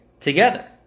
together